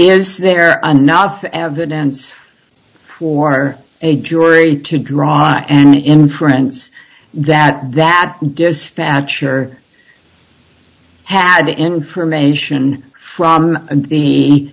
is there are enough evidence for a jury to draw an inference that that dispatcher had information from the